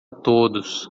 todos